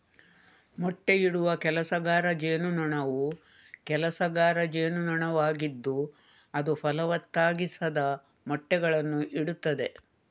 ಮೊಟ್ಟೆಯಿಡುವ ಕೆಲಸಗಾರ ಜೇನುನೊಣವು ಕೆಲಸಗಾರ ಜೇನುನೊಣವಾಗಿದ್ದು ಅದು ಫಲವತ್ತಾಗಿಸದ ಮೊಟ್ಟೆಗಳನ್ನು ಇಡುತ್ತದೆ